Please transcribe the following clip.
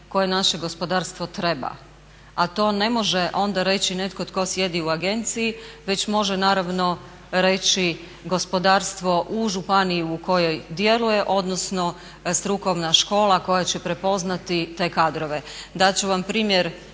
koje naše gospodarstvo treba a to ne može onda reći netko tko sjedi u agenciji već može naravno reći gospodarstvo u županiji u kojoj djeluje odnosno strukovna škola koja će prepoznati te kadrove. Dat ću vam primjer